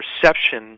perception